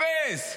אפס.